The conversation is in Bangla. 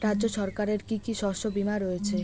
রাজ্য সরকারের কি কি শস্য বিমা রয়েছে?